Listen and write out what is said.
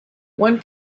one